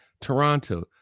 Toronto